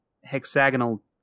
hexagonal